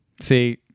See